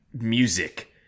music